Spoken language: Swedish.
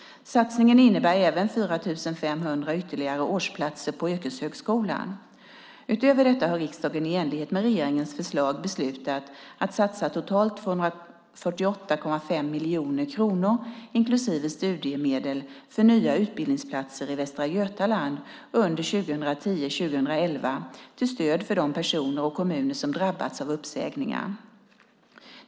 Satsningen innebär även 4 500 ytterligare årsplatser på yrkeshögskolan. Utöver detta har riksdagen i enlighet med regeringens förslag beslutat att satsa totalt 248,5 miljoner kronor, inklusive studiemedel, för nya utbildningsplatser i Västra Götaland under 2010-2011 till stöd för de personer och kommuner som drabbats av uppsägningar.